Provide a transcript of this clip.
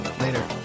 Later